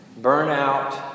Burnout